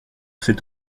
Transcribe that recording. cette